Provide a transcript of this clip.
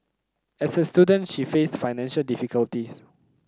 as a student she faced financial difficulties